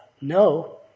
No